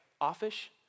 offish